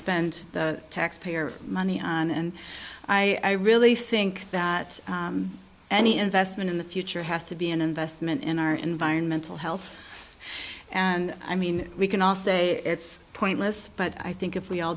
spend taxpayer money on and i really think that any investment in the future has to be an investment in our environmental health and i mean we can all say it's pointless but i think if we all